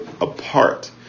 apart